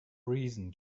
reason